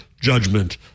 judgment